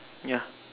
yeah